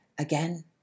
again